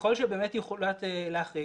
ככל שבאמת יוחלט להחריג,